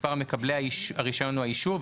מספר מקבלי הרישיון או האישור,